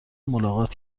ملاقات